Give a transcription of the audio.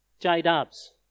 J-Dubs